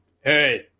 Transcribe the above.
Hey